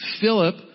Philip